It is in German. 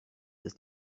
ist